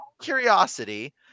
curiosity